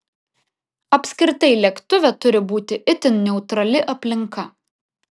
apskritai lėktuve turi būti itin neutrali aplinka